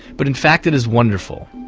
but in fact it is wonderful.